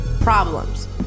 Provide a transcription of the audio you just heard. Problems